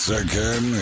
again